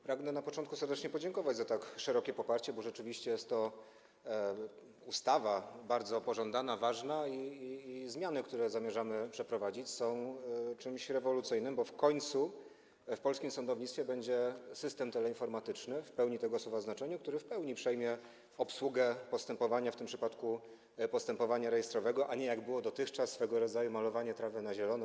Pragnę na początku serdecznie podziękować za tak szerokie poparcie, bo rzeczywiście jest to ustawa bardzo pożądana, ważna, i zmiany, które zamierzamy wprowadzić, są czymś rewolucyjnym, ponieważ w końcu w polskim sądownictwie będzie system teleinformatyczny w pełnym tego słowa znaczeniu, który w pełni przejmie obsługę postępowania, w tym przypadku postępowania rejestrowego, bo dotychczas to było swego rodzaju malowanie trawy na zielono.